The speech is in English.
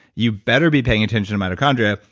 you better be paying attention to mitochondria,